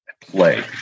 play